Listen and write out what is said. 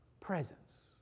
presence